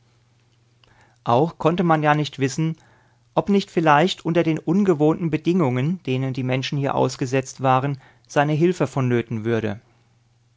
auch konnte man ja nicht wissen ob nicht vielleicht unter den ungewohnten bedingungen denen die menschen hier ausgesetzt waren seine hilfe vonnöten würde